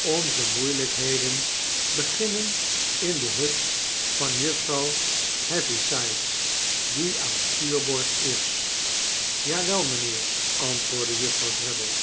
onze moeielykheden beginnen in de hut van juffrouw heavysides die aan stuurboord is ja wel mynheer antwoordde juffrouw